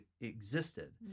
existed